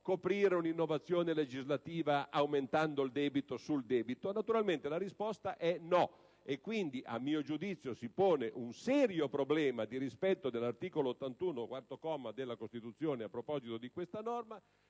un'innovazione legislativa aumentando il debito sul debito? Naturalmente la risposta è no, e, a mio giudizio, si pone un serio problema di rispetto dell'articolo 81, quarto comma, della Costituzione a proposito di questa norma,